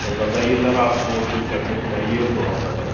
और बताइए सर आपको और कोई सर्विस चाहिए हो तो आप बताएँ